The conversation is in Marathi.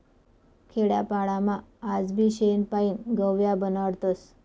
खेडापाडामा आजबी शेण पायीन गव या बनाडतस